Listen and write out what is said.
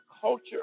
culture